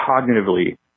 cognitively